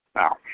Now